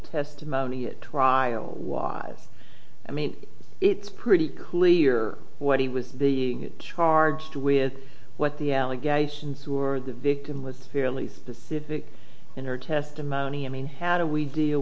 testimony at trial was i mean it's pretty clear what he was the charged with what the allegations were the victim was fairly specific in her testimony i mean how do we deal